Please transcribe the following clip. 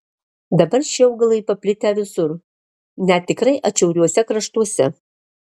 dabar šie augalai paplitę visur net tikrai atšiauriuose kraštuose